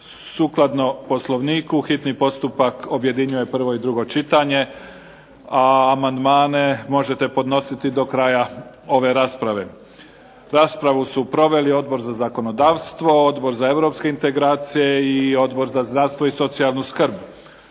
Sukladno Poslovniku hitni postupak objedinjuje prvo i drugo čitanje. Amandmane možete podnositi do kraja ove rasprave. Raspravu su proveli Odbor za zakonodavstvo, Odbor za europske integracije i Odbor za zdravstvo i socijalnu skrb.